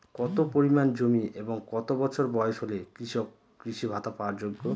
কত পরিমাণ জমি এবং কত বছর বয়স হলে কৃষক কৃষি ভাতা পাওয়ার যোগ্য?